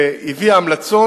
שהביאה המלצות.